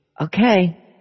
Okay